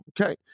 Okay